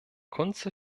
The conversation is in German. kunze